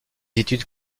études